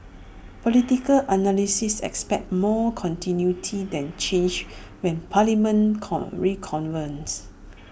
political analysts expect more continuity than change when parliament con reconvenes